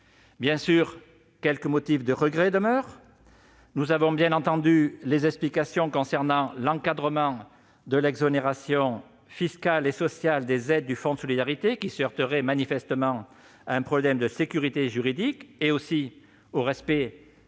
Bien sûr, quelques motifs de regrets demeurent. Nous avons bien entendu les explications concernant l'encadrement de l'exonération fiscale et sociale des aides du fonds de solidarité, qui se heurterait manifestement à un problème de sécurité juridique et au respect